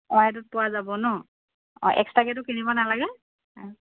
অঁ এইটোত পোৱা যাব ন অঁ এক্সট্ৰাকেতো কিনিব নালাগে